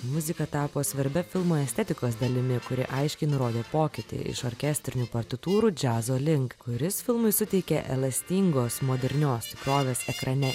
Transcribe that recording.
muzika tapo svarbia filmo estetikos dalimi kuri aiškiai nurodė pokytį iš orkestrinių partitūrų džiazo link kuris filmui suteikia elastingos modernios tikrovės ekrane